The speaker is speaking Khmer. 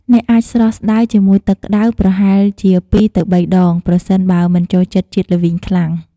អ្នកអាចស្រុះ ស្តៅជាមួយទឹកក្ដៅ ប្រហែលជា ២ ទៅ៣ ដង ប្រសិនបើមិនចូលចិត្តជាតិល្វីងខ្លាំង។